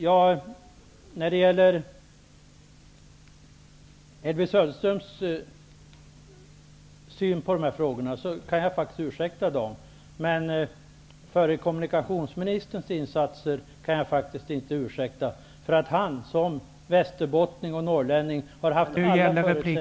Jag kan faktiskt ursäkta Elvy Söderströms syn på dessa frågor. Men förre kommunikationsministerns insatser kan jag inte ursäkta. Han har, som västerbottning och norrlänning, haft alla förutsättningar ...